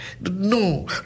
No